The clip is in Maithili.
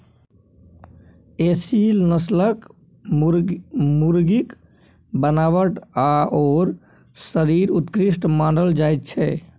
एसील नस्लक मुर्गीक बनावट आओर शरीर उत्कृष्ट मानल जाइत छै